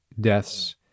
deaths